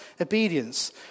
obedience